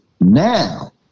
now